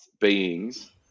beings